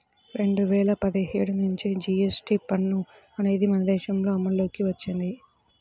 రెండు వేల పదిహేడు నుంచి జీఎస్టీ పన్ను అనేది మన దేశంలో అమల్లోకి వచ్చింది